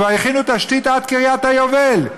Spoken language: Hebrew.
כבר הכינו תשתית עד קריית היובל,